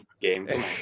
game